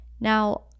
Now